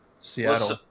seattle